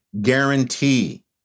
guarantee